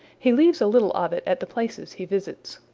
he leaves a little of it at the places he visits.